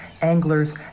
anglers